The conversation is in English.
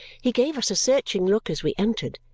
he gave us a searching look as we entered,